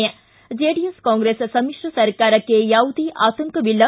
ಿ ಜೆಡಿಎಸ್ ಕಾಂಗ್ರೆಸ್ ಸಮಿತ್ರ ಸರ್ಕಾರಕ್ಕೆ ಯಾವುದೇ ಆತಂಕವಿಲ್ಲ